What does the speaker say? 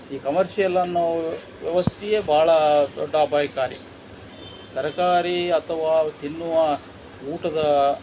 ಈ ಕಮರ್ಷಿಯಲ್ ಅನ್ನೋ ವ್ಯವಸ್ಥೆಯೇ ಭಾಳ ದೊಡ್ಡ ಅಪಾಯಕಾರಿ ತರಕಾರಿ ಅಥವಾ ತಿನ್ನುವ ಊಟದ